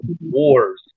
wars